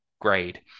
grade